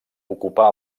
ocupà